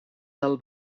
del